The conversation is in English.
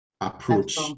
approach